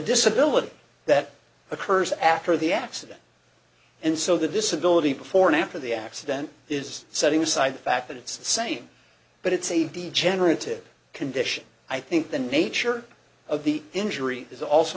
disability that occurs after the accident and so the disability before and after the accident is setting aside the fact that it's the same but it's a degenerative condition i think the nature of the injury is also